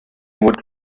would